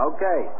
Okay